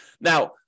Now